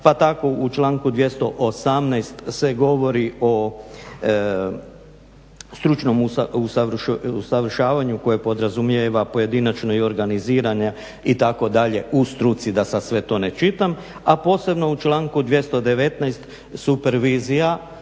pa tako u članku 218. se govori o stručnom usavršavanju koje podrazumijeva pojedinačnu i organizirane itd. u struci da sad sve to ne čitam a posebno u članku 219. supervizija